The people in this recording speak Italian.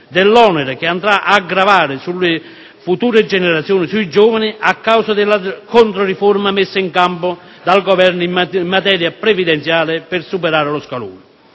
dell'onere che andrà a gravare sui giovani a causa della controriforma messa in campo dal Governo in materia previdenziale per superare lo scalone.